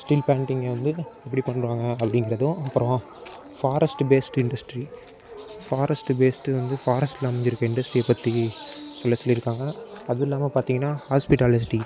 steel planting வந்து எப்படி பண்ணுவாங்க அப்படிங்கறதும் அப்புறோம் forest based industry forest based வந்து ஃபாரஸ்ட்டில் வந்துயிருக்கு இண்டஸ்ட்ரியை பற்றி சொல்ல சொல்லியிருக்காங்க அதுவும் இல்லாமல் பார்த்திங்கனா ஹாஸ்பிட்டாலிட்டி